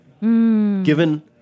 Given